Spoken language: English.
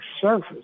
surface